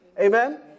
Amen